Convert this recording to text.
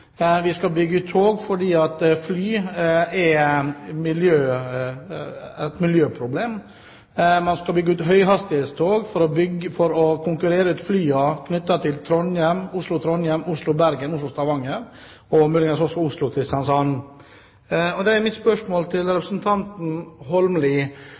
Vi skal bygge ut tog fordi fly er et miljøproblem. Vi skal bygge ut høyhastighetstog for å konkurrere ut flyene på strekningene Oslo–Trondheim, Oslo–Bergen og Oslo–Stavanger, og muligens også Oslo–Kristiansand. Da er mitt spørsmål til